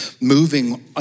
moving